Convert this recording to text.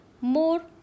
more